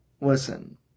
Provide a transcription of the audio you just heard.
listen